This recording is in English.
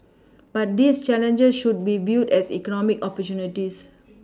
but these challenges should be viewed as economic opportunities